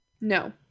No